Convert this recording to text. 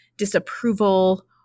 disapproval